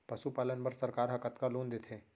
पशुपालन बर सरकार ह कतना लोन देथे?